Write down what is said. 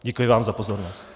Děkuji vám za pozornost.